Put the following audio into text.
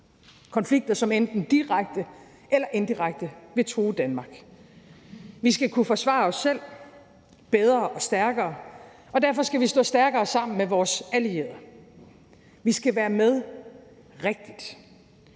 konflikter, som enten direkte eller indirekte vil true Danmark. Vi skal kunne forsvare os selv bedre og stærkere. Derfor skal vi stå stærkere sammen med vores allierede. Vi skal være med – rigtigt.